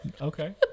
Okay